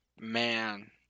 Man